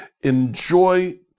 Enjoy